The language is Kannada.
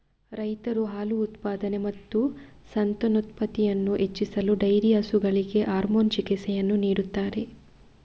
ರೈತರು ಹಾಲು ಉತ್ಪಾದನೆ ಮತ್ತು ಸಂತಾನೋತ್ಪತ್ತಿಯನ್ನು ಹೆಚ್ಚಿಸಲು ಡೈರಿ ಹಸುಗಳಿಗೆ ಹಾರ್ಮೋನ್ ಚಿಕಿತ್ಸೆಯನ್ನು ನೀಡುತ್ತಾರೆ